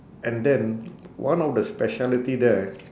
and then one of the speciality there